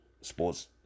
sports